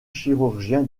chirurgien